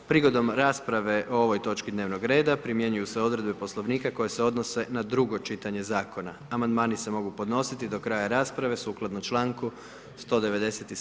Prigodom rasprave o ovoj točki dnevnog reda primjenjuju se odredbe Poslovnika koje se odnose na drugo čitanje zakona, amandmani se mogu podnositi do kraja rasprave sukladno članku 197.